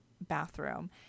bathroom